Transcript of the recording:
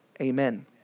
Amen